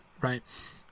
right